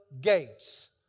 gates